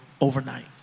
overnight